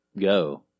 Go